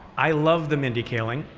i love the mindy kaling.